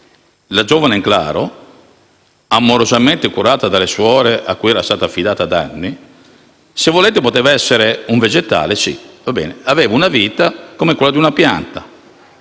la giovane Englaro, amorosamente curata dalle suore a cui era stata affidata da anni, se volete, poteva essere un vegetale. Sì, aveva una vita come quella di una pianta,